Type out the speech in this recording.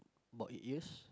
about eight years